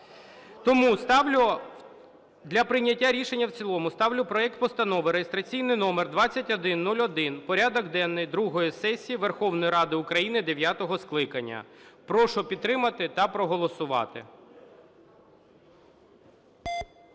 Тому ставлю, для прийняття рішення в цілому ставлю проект Постанови (реєстраційний номер 2101) про порядок денний другої сесії Верховної Ради України дев'ятого скликання. Прошу підтримати та проголосувати.